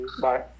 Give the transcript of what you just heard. Bye